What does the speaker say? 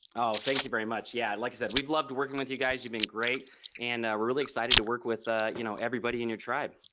oh thank you very much. yeah. like i said we've loved working with you guys you've been great and we're really excited to work with ah you know everybody in your tribe